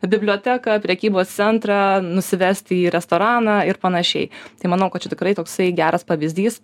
biblioteką prekybos centrą nusivesti į restoraną ir panašiai tai manau kad čia tikrai toksai geras pavyzdys